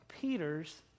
Peter's